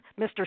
Mr